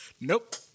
Nope